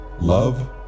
Love